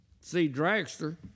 C-Dragster